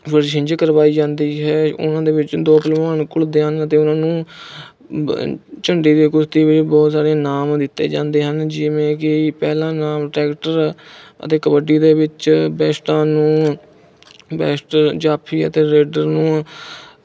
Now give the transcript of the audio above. ਛਿੰਝ ਕਰਵਾਈ ਜਾਂਦੀ ਹੈ ਉਨ੍ਹਾਂ ਦੇ ਵਿੱਚ ਦੋ ਭਲਵਾਨ ਘੁਲਦੇ ਹਨ ਤੇ ਉਨ੍ਹਾਂ ਨੂੰ ਝੰਡੀ ਦੀ ਕੁਸ਼ਤੀ ਵਿੱਚ ਬਹੁਤ ਸਾਰੇ ਇਨਾਮ ਦਿੱਤੇ ਜਾਂਦੇ ਹਨ ਜਿਵੇਂ ਕਿ ਪਹਿਲਾਂ ਇਨਾਮ ਟਰੈਕਟਰ ਅਤੇ ਕਬੱਡੀ ਦੇ ਵਿੱਚ ਬੈਸਟਾ ਨੂੰ ਬੈਸਟ ਜਾਫੀ ਅਤੇ ਰੇਡਰ ਨੂੰ